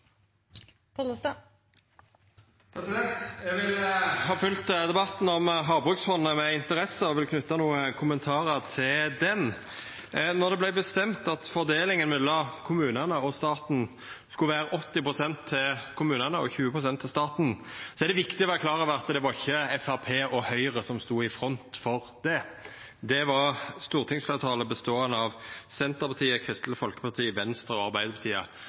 sammen. Eg har fylgt debatten om havbruksfondet med interesse og vil knyta nokre kommentarar til den. Det er viktig å vera klar over at då det vart bestemt at fordelinga mellom kommunane og staten skulle vera 80 pst. til kommunane og 20 pst. til staten, var det ikkje Framstegspartiet og Høgre som stod i front for det. Det var stortingsfleirtalet beståande av Senterpartiet, Kristeleg Folkeparti, Venstre og Arbeidarpartiet